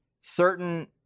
certain